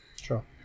sure